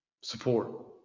support